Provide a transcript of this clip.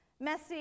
messy